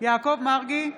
יעקב מרגי,